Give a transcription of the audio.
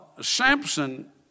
Samson